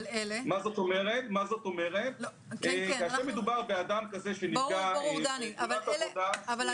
כאשר מדובר באדם שנפגע בתאונת עבודה --- ברור,